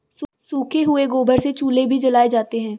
सूखे हुए गोबर से चूल्हे भी जलाए जाते हैं